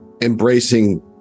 embracing